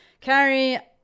carrie